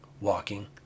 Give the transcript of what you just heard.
walking